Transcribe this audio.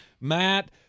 Matt